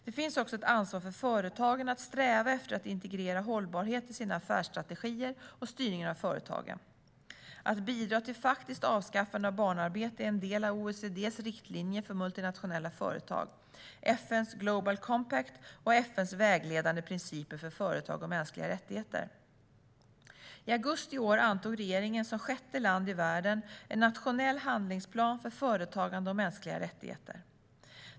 Det finns också ett ansvar för företagen att sträva efter att integrera hållbarhet i sina affärsstrategier och styrningen av företagen. Att bidra till faktiskt avskaffande av barnarbete är en del av OECD:s riktlinjer för multinationella företag, FN:s Global Compact och FN:s vägledande principer för företag och mänskliga rättigheter. I augusti i år antog regeringen som sjätte land i världen en nationell handlingsplan för företagande och mänskliga rättigheter.